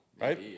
right